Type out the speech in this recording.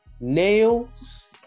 nails